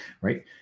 Right